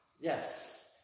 yes